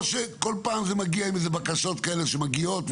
או שבכל פעם זה מגיע עם בקשות כאלה שמגיעות,